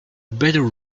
better